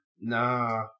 Nah